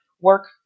work